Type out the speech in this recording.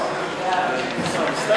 חוק חופשה שנתית (תיקון, הוספת